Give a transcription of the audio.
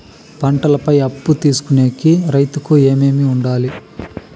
పంటల పై అప్పు తీసుకొనేకి రైతుకు ఏమేమి వుండాలి?